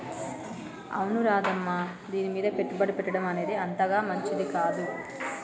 అవును రాధమ్మ దీనిమీద పెట్టుబడి పెట్టడం అనేది అంతగా మంచిది కాదు